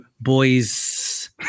boys